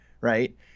right